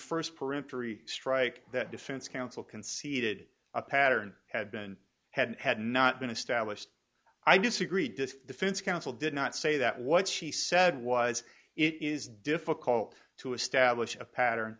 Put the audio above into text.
first peremptory strike that defense counsel conceded a pattern had been had had not been established i disagree defense counsel did not say that what she said was it is difficult to establish a pattern